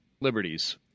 liberties